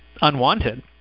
unwanted